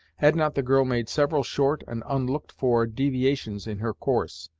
had not the girl made several short and unlooked-for deviations in her course.